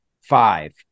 five